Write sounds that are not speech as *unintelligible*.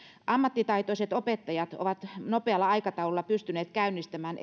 ammattitaitoiset opettajat ovat nopealla aikataululla pystyneet käynnistämään *unintelligible*